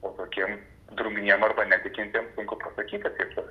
o tokiem drungniem arba netikintiem sunku pasakyti kaip tai